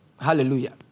Hallelujah